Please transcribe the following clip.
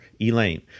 Elaine